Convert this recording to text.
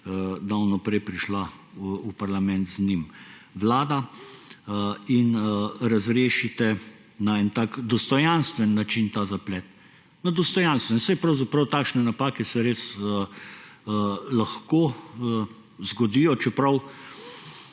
davno prej prišla v parlament z njim Vlada, in razrešite na tak dostojanstev način ta zaplet. Saj pravzaprav takšne napake se res lahko zgodijo, čeprav